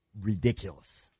ridiculous